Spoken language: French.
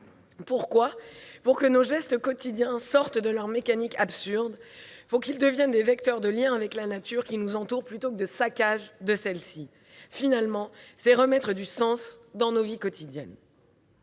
plus. Il faut que nos gestes quotidiens sortent de leur mécanique absurde et deviennent des vecteurs de lien avec la nature qui nous entoure plutôt que de saccage de celle-ci. Finalement, il s'agit de remettre du sens dans nos vies quotidiennes.